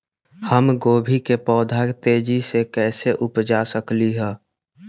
हम गोभी के पौधा तेजी से कैसे उपजा सकली ह?